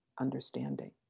understanding